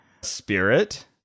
Spirit